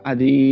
Adi